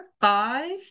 five